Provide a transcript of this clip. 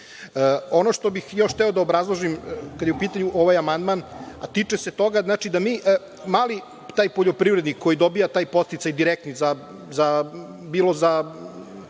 što bih još hteo da obrazložim kada je u pitanju ovaj amandman, tiče se toga da mali taj poljoprivrednik, koji dobija taj podsticaj direktni, bilo za